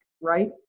right